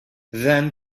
then